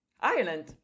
Ireland